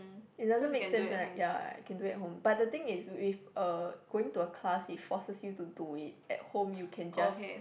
it doesn't make sense when I ya I can do it at home but the thing is if uh going to a class it forces you to do it at home you can just